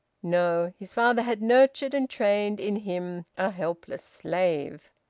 no! his father had nurtured and trained, in him, a helpless slave.